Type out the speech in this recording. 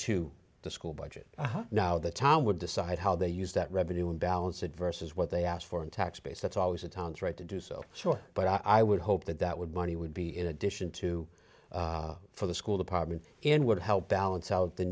to the school budget now the town would decide how they use that revenue and balance it versus what they asked for in tax base that's always the town's right to do so sure but i would hope that that would money would be in addition to for the school department and would help balance out the